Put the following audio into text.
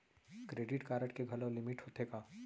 Credit card के घलव limit होथे का?